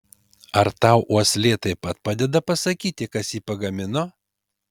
ar tau uoslė taip pat padeda pasakyti kas jį pagamino